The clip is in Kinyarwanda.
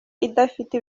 idafite